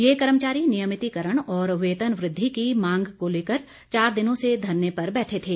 ये कर्मचारी नियमितिकरण और वेतन वृद्धि की मांग को लेकर चार दिनों से धरने पर बैठे थे